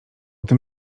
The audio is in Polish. tym